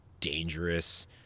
dangerous